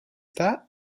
that